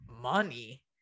money